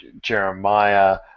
Jeremiah